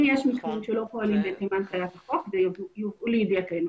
אם יש מקרים שלא פועלים לפי הנחיית החוק ויובאו לידיעתנו,